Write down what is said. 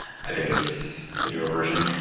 i think is the newer version.